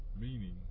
meaning